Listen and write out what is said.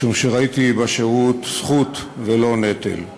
משום שראיתי בשירות זכות ולא נטל.